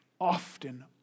often